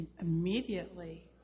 immediately